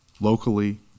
locally